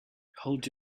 hold